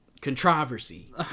Controversy